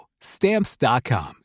Stamps.com